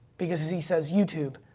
because he says youtube,